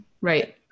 Right